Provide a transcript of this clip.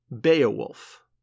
Beowulf